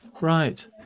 Right